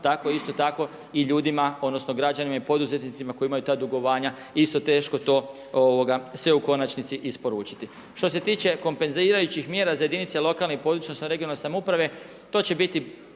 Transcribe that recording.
tako isto tako i ljudima, odnosno građanima i poduzetnicima koji imaju ta dugovanja je isto teško to sve u konačnici isporučiti. Što se tiče kompenzirajućih mjera za jedinice lokalne i područne (regionalne) samouprave to će biti